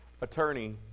attorney